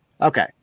Okay